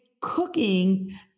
cooking